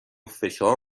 فشار